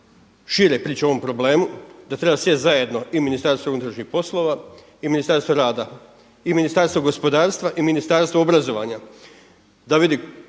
šire priče o ovom problemu, da treba sjesti zajedno i Ministarstvo unutrašnjih poslova i Ministarstvo rada i Ministarstvo gospodarstva i Ministarstvo obrazovanja da vidi